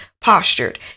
postured